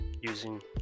using